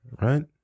Right